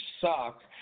suck